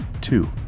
Two